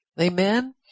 Amen